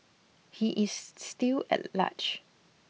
he is still at large